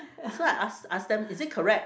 so I ask ask them is it correct